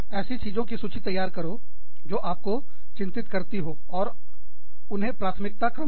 ऐसी चीजों की सूची तैयार करो जो आपको चिंतित करती हो और उन्हें प्राथमिकता क्रम दें